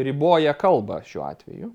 riboja kalbą šiuo atveju